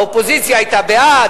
האופוזיציה היתה בעד,